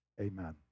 Amen